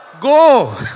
Go